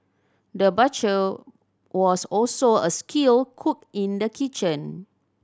the butcher was also a skilled cook in the kitchen